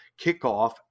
kickoff